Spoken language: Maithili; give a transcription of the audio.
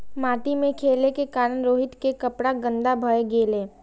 माटि मे खेलै के कारण रोहित के कपड़ा गंदा भए गेलै